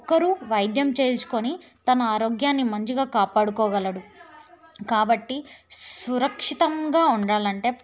ఒక్కరు వైద్యం చేయించుకొని తమ ఆరోగ్యాన్ని మంచిగా కాపాడుకోగలడు కాబట్టి సురక్షితంగా ఉండాలంటే